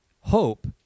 hope